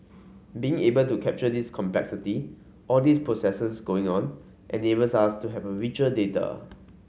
being able to capture this complexity all these processes going on enables us to have richer data